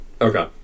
Okay